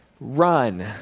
Run